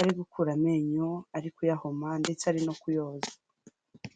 ari gukura amenyo, ari kuyahoma ndetse ari no kuyoza.